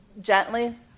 gently